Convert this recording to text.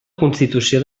constitució